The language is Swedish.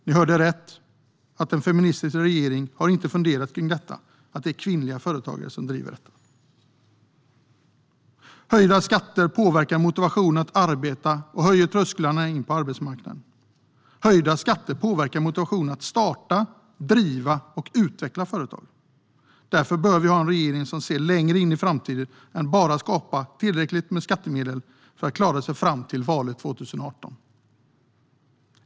Ni hörde rätt, att den feministiska regeringen inte har funderat kring detta att det är kvinnor som driver dessa företag. Höjda skatter påverkar motivationen att arbeta och höjer trösklarna in till arbetsmarknaden. Höjda skatter påverkar motivationen att starta, driva och utveckla företag. Därför bör vi ha en regering som ser längre in i framtiden och inte bara skapar tillräckligt med skattemedel för att klara sig fram till valet 2018.